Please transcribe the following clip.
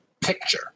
picture